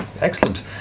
Excellent